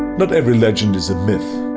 but every legend is a myth.